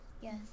Yes